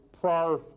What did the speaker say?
prior